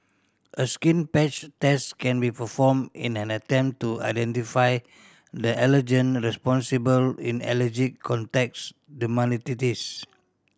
a skin patch test can be performed in an attempt to identify the allergen responsible in allergic contacts dermatitis